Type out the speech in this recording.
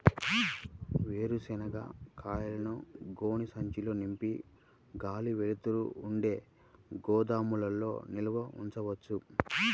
వేరుశనగ కాయలను గోనె సంచుల్లో నింపి గాలి, వెలుతురు ఉండే గోదాముల్లో నిల్వ ఉంచవచ్చా?